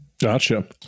Gotcha